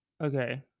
Okay